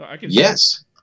Yes